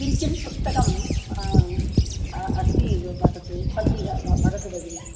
किं किं पुस्तकं अस्ति वदतु सन्ति वद् वदतु भगिनि